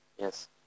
yes